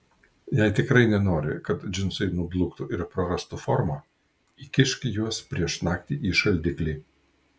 jei tikrai nenori kad džinsai nubluktų ir prarastų formą įkišk juos prieš naktį į šaldiklį